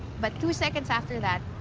but two seconds after that,